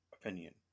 opinion